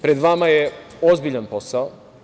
Pred vama je ozbiljan posao.